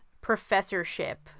professorship